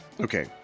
Okay